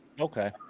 Okay